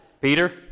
Peter